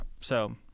so-